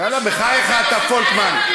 מה, יאללה, בחייך, אתה, פולקמן.